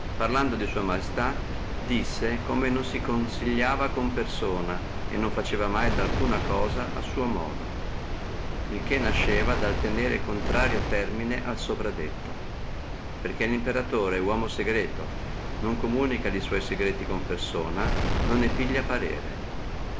parlando di sua maestà disse come non si consigliava con persona e non faceva mai di alcuna cosa a suo modo il che nasceva dal tenere contrario termine al sopradetto perché limperatore è uomo secreto non comunica li sua disegni con persona non ne piglia parere